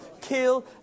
kill